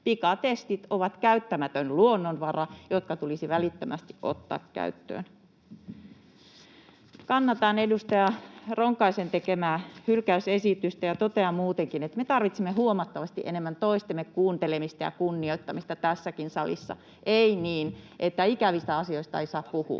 pikatestit ovat käyttämätön luonnonvara, jotka tulisi välittömästi ottaa käyttöön. Kannatan edustaja Ronkaisen tekemää hylkäysesitystä ja totean muutenkin, että me tarvitsemme huomattavasti enemmän toistemme kuuntelemista ja kunnioittamista tässäkin salissa, ei niin, että ikävistä asioista ei saa puhua.